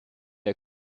der